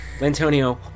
Antonio